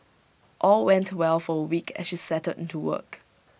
all went well for A week as she settled into work